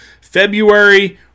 February